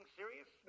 serious